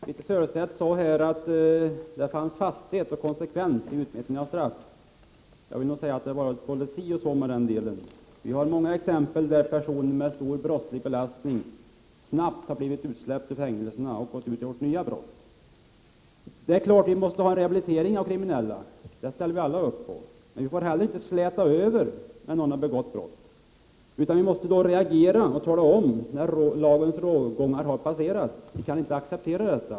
Herr talman! Birthe Sörestedt sade att det fanns fasthet och konsekvens vid utmätningen av straff. Jag vill nog säga att det har varit både si och så med den saken. Vi har många exempel på att personer med stor brottslig belastning snabbt har blivit utsläppta ur fängelse och kommit ut och gjort nya brott. Det är klart att en rehabilitering av kriminella måste ske. Det ställer vi alla upp på. Men vi får inte heller släta över när någon har begått brott, utan vi måste reagera och tala om när lagens rågångar har passerats. Vi kan inte acceptera detta.